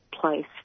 place